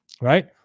right